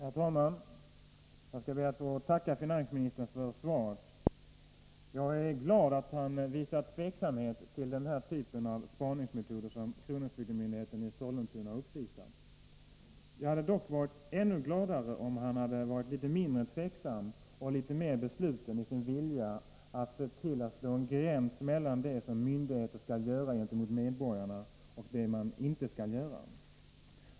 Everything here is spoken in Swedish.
Herr talman! Jag skall be att få tacka finansministern för svaret. Jag är glad att finansministern visar tveksamhet inför denna: typ av spaningsmetoder som kronofogdemyndigheten i Sollentuna har uppvisat. Jag hade dock varit ännu gladare om han hade varit litet mindre tveksam och litet mer besluten i sin vilja att dra en gräns mellan det som myndigheter skall göra gentemot medborgarna och det som de inte skall göra.